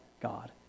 God